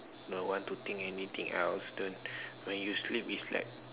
don't want to think anything else don't when you sleep is like